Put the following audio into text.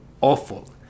awful